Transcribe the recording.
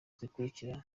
zikurikira